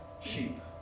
sheep